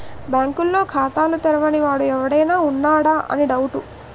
బాంకుల్లో ఖాతాలు తెరవని వాడు ఎవడైనా ఉన్నాడా అని డౌటు